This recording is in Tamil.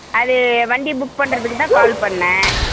அது வண்டி புக் பண்ணுறத்துக்கு தான் கால் பண்ணிணேன்